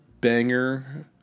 banger